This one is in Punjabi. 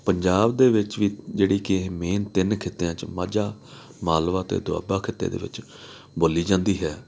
ਪੰਜਾਬ ਦੇ ਵਿੱਚ ਵੀ ਜਿਹੜੀ ਕਿ ਇਹ ਮੇਨ ਤਿੰਨ ਖਿੱਤਿਆਂ 'ਚ ਮਾਝਾ ਮਾਲਵਾ ਅਤੇ ਦੁਆਬਾ ਖਿੱਤੇ ਦੇ ਵਿੱਚ ਬੋਲੀ ਜਾਂਦੀ ਹੈ